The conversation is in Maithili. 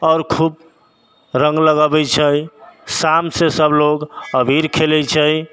आओर खूब रङ्ग लगबै छै शामसँ सबलोक अबीर खेलै छै